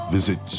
Visit